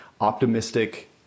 optimistic